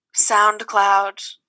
SoundCloud